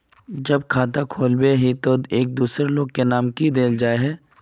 जब खाता खोलबे ही टी एक दोसर लोग के नाम की देल जाए है?